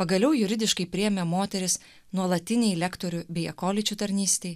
pagaliau juridiškai priėmė moteris nuolatinei lektorių bei akoličių tarnystei